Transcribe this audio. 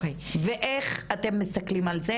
ואיך אתם מסתכלים על זה?